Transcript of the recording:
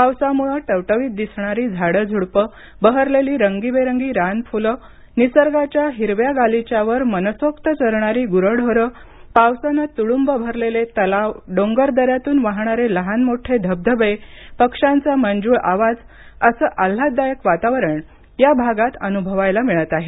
पावसामुळे टवटवीत दिसणारी झाडेझुडपे बहरलेली रंगीबेरंगी रानफुले निसर्गाच्या हिरव्या गालीच्यावर मनसोक्त चरणारी गुरेढोरे पावसानं तुडुंब भरलेले तलाव डोंगरदऱ्यांतून वाहणारे लहान मोठे धबधबे पक्षांचा मंजूळ आवाज असं आल्हाददायक वातावरण या भागात अनुभवायला मिळत आहे